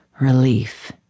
Relief